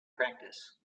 practice